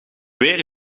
weer